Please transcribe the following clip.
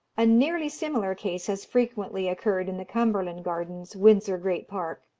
a nearly similar case has frequently occurred in the cumberland gardens, windsor great park.